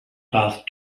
past